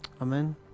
Amen